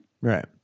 Right